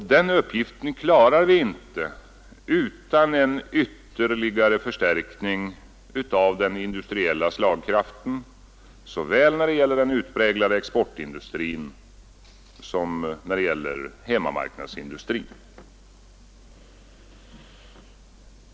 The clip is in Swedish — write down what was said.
Den uppgiften klarar vi inte utan en ytterligare förstärkning av den industriella slagkraften när det gäller såväl den utpräglade exportindustrin som hemmamarknadsindustrin.